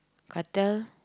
Cartel